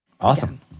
Awesome